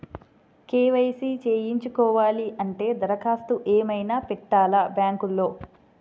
KYC చేయించుకోవాలి అంటే దరఖాస్తు ఏమయినా పెట్టాలా బ్యాంకులో?